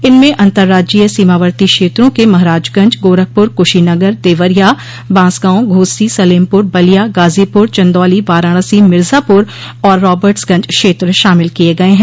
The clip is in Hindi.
इनमें अन्तर्राज्योय सीमावर्ती क्षेत्रों के महराजगंज गोरखपुर कुशीनगर देवरिया बांसगांव घोसी सलेमपुर बलिया गाजीपुर चन्दौली वाराणसी मिर्जापुर और रावर्टस्गंज क्षेत्र शामिल किये गय हैं